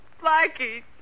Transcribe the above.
Blackie